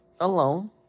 alone